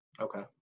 Okay